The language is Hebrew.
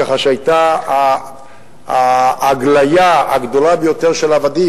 כך שהיתה ההגליה הגדולה ביותר של עבדים,